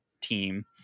team